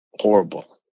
horrible